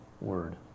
Word